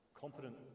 competent